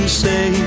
say